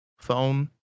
phone